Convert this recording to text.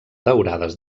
daurades